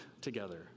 together